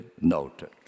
noted